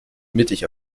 mittig